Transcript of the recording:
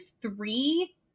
three